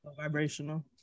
vibrational